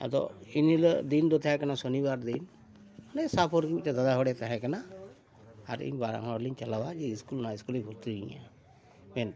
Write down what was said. ᱟᱫᱚ ᱤᱱᱦᱤᱞᱳᱜ ᱫᱤᱱ ᱫᱚ ᱛᱟᱦᱮᱸ ᱠᱟᱱᱟ ᱥᱚᱱᱤᱵᱟᱨ ᱫᱤᱱ ᱢᱟᱱᱮ ᱥᱟᱦᱟᱯᱩᱨ ᱨᱮᱜᱮ ᱢᱤᱫᱴᱮᱡ ᱫᱟᱫᱟ ᱦᱚᱲᱮ ᱛᱟᱦᱮᱸ ᱠᱟᱱᱟ ᱟᱨ ᱤᱧ ᱵᱟᱱᱟᱲ ᱦᱚᱲ ᱞᱤᱧ ᱪᱟᱞᱟᱣᱟ ᱡᱮ ᱥᱠᱩᱞ ᱢᱟ ᱥᱠᱩᱞᱤᱧ ᱵᱷᱩᱨᱛᱤᱧᱟ ᱢᱮᱱᱛᱮ